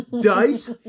Dice